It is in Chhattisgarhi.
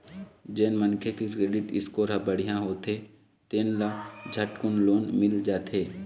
जेन मनखे के क्रेडिट स्कोर ह बड़िहा होथे तेन ल झटकुन लोन मिल जाथे